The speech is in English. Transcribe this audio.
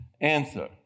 Answer